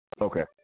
Okay